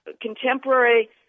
contemporary